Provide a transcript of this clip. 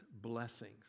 blessings